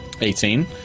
Eighteen